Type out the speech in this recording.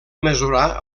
mesurar